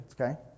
okay